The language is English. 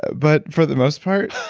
but, for the most part,